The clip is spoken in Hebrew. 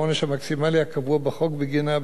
בהתייחס לכל עבירה כלפי כל עובד,